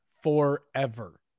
Forever